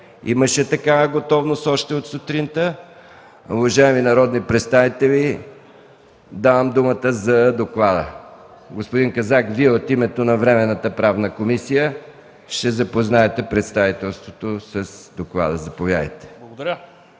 време могат да влизат. Уважаеми народни представители, давам думата за доклада. Господин Казак, от името на Временната правна комисия ще запознаете представителството с доклада. Заповядайте. ДОКЛАДЧИК